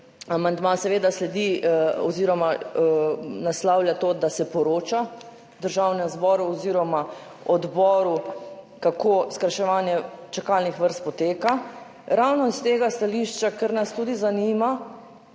sledi oziroma naslavlja to, da se poroča Državnemu zboru oziroma odboru, kako skrajševanje čakalnih vrst poteka, ravno iz tega stališča, kar nas tudi zanima,